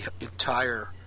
entire